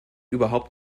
überhaupt